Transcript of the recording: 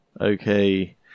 Okay